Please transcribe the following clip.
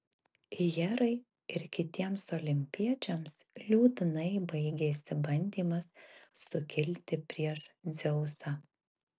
herai ir kitiems olimpiečiams liūdnai baigėsi bandymas sukilti prieš dzeusą